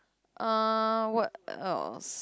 uh what else